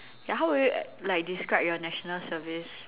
ya how would you like describe your national service